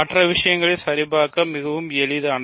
மற்ற விஷயங்களை சரிபார்க்க மிகவும் எளிதானது